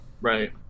Right